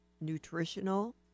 nutritional